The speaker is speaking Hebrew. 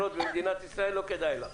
לא כדאי לך.